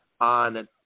on